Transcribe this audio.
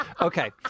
Okay